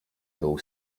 był